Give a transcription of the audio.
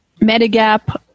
Medigap